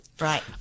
Right